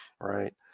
Right